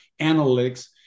analytics